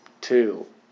Two